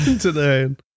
today